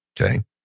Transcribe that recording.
Okay